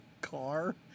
car